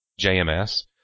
JMS